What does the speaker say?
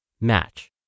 Match